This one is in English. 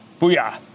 Booyah